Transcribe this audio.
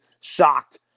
shocked